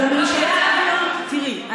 תראי,